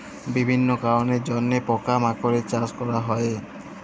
বিভিল্য কারলের জন্হে পকা মাকড়ের চাস ক্যরা হ্যয়ে